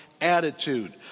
attitude